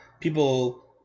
people